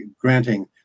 granting